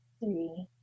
three